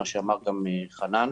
מה שאמר גם חנן,